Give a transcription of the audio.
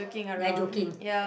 ya joking